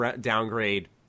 downgrade